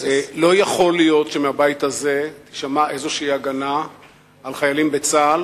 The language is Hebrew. לא יכול להיות שמהבית הזה תישמע איזושהי הגנה על חיילים בצה"ל